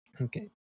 Okay